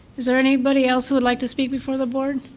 is there anybody else who would like to speak before the board?